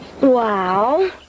Wow